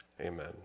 amen